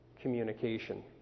communication